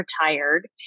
retired